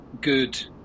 good